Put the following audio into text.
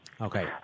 Okay